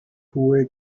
hohe